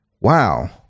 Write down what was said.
Wow